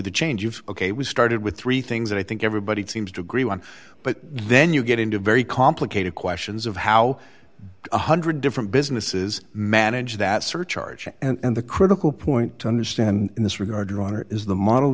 the change of ok we started with three things that i think everybody seems to agree on but then you get into very complicated questions of how one hundred different businesses manage that surcharge and the critical point to understand in this regard your honor is the model